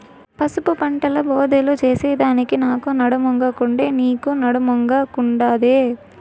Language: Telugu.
పసుపు పంటల బోదెలు చేసెదానికి నాకు నడుమొంగకుండే, నీకూ నడుమొంగకుండాదే